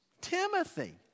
Timothy